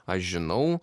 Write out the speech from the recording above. aš žinau